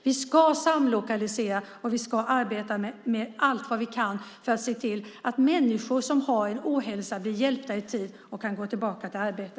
Vi ska samlokalisera och vi ska arbeta allt vad vi kan för att se till att människor med ohälsa blir hjälpta i tid och kan gå tillbaka till arbete.